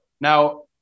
Now